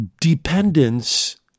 dependence